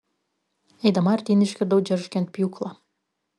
eidama artyn išgirdau džeržgiant pjūklą